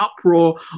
uproar